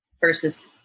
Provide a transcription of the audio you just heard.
versus